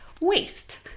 waste